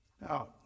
Now